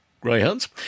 Greyhounds